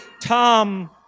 Tom